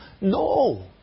no